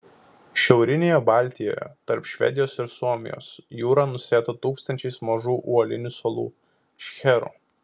šiaurinėje baltijoje tarp švedijos ir suomijos jūra nusėta tūkstančiais mažų uolinių salų šcherų